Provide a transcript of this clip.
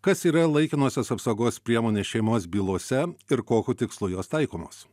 kas yra laikinosios apsaugos priemonės šeimos bylose ir kokiu tikslu jos taikomos